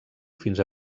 fins